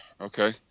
Okay